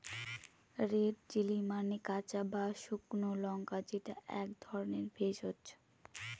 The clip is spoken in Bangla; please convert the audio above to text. রেড চিলি মানে কাঁচা বা শুকনো লঙ্কা যেটা এক ধরনের ভেষজ